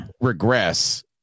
regress